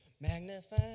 Magnify